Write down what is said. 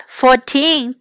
fourteen